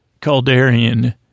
Calderian